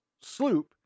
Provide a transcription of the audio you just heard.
sloop